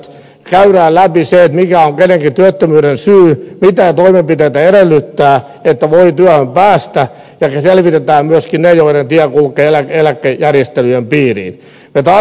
käydään läpi se mikä on kenenkin työttömyyden syy mitä toimenpiteitä edellyttää että voi työhön päästä ja selvitetään myöskin ne joiden tie kulkee eläkejärjestelyjen piiriin